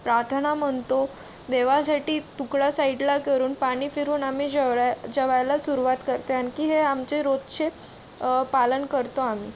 प्रार्थना म्हणतो देवासाठी तुकडा साईडला करून पाणी फिरवून आम्ही जेवरायला जेवायला सुरूवात करते आणखी हे आमचे रोजचे पालन करतो आम्ही